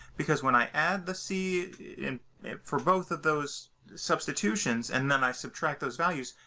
because when i add the c in it for both of those substitutions and then i subtract those values,